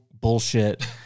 bullshit